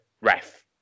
ref